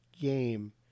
game